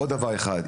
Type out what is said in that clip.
עוד דבר אחד,